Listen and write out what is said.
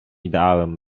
ideałem